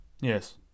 Yes